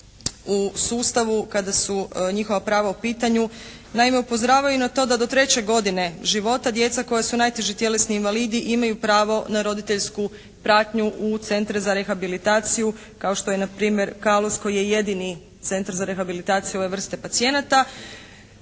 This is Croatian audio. u sustavu kada su njihova prava u pitanju. Naime upozoravaju i na to da do treće godine života djeca koja su najteži tjelesni invalidi imaju pravo na roditeljsku pratnju u centre za rehabilitaciju kao što je na primjer "Kalus" koji je jedini centar za rehabilitaciju ove vrste pacijenata,